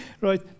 right